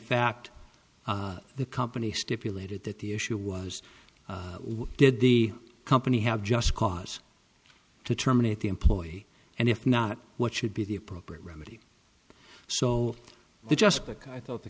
fact the company stipulated that the issue was what did the company have just cause to terminate the employee and if not what should be the appropriate remedy so just because i thought the